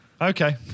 Okay